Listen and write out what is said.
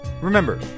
remember